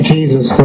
Jesus